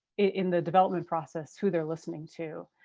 in the development process who they're listening to.